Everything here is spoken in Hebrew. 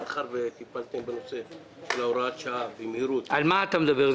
מאחר וטיפלתם בנושא של הוראת השעה במהירות --- על מה אתה מדבר?